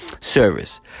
service